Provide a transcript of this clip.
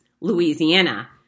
Louisiana